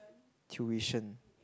tuition